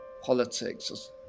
politics